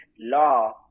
law